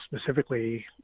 specifically